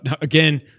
Again